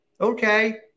Okay